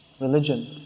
religion